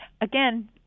Again